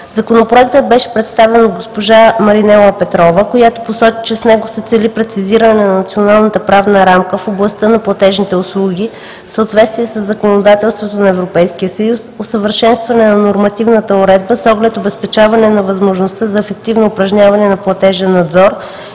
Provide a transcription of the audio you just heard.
Законопроектът беше представен от госпожа Маринела Петрова, която посочи, че с него се цели прецизиране на националната правна рамка в областта на платежните услуги в съответствие със законодателството на Европейския съюз, усъвършенстване на нормативната уредба с оглед обезпечаване на възможността за ефективно упражняване на платежен надзор